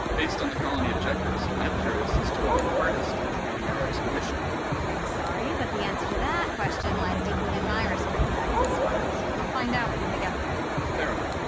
based on the colony objectives, i'm curious as to why an artist is leading our expedition i'm sorry, but the answer to that question lies deep within my restricted access files. you'll find out when we get there fair enough